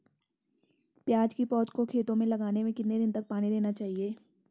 प्याज़ की पौध को खेतों में लगाने में कितने दिन तक पानी देना चाहिए?